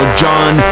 john